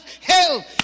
hell